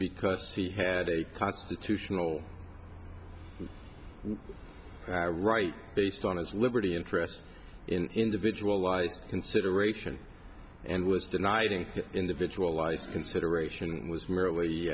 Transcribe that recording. because he had a constitutional right based on his liberty interest in individual eyes consideration and was denied an individualized consideration was merely